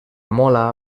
mola